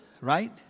right